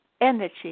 energy